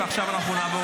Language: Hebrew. עכשיו נעבור